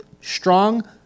strong